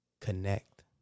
Connect